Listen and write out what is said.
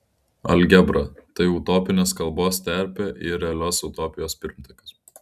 algebra tai utopinės kalbos terpė ir realios utopijos pirmtakas